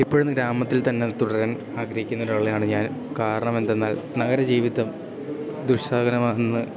ഇപ്പോഴും ഗ്രാമത്തിൽത്തന്നെ തുടരാൻ ആഗ്രഹിക്കിന്നൊരാളാണ് ഞാൻ കാരണമെന്തെന്നാൽ നഗര ജീവിതം ദുസ്സഹമാണെന്ന്